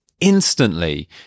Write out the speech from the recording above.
Instantly